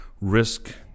risk